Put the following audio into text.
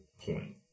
point